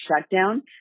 shutdown